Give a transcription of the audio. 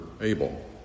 Abel